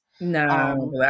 No